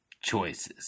choices